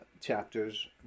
chapters